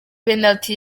penaliti